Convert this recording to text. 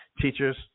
teachers